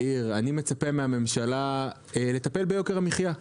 מצפה מהממשלה לטפל ביוקר המחייה.